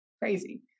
crazy